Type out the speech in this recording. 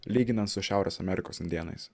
lyginant su šiaurės amerikos indėnais